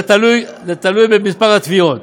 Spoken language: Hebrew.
זה תלוי במספר התביעות.